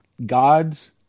God's